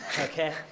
okay